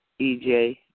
EJ